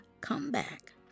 comeback